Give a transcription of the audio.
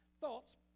Thoughts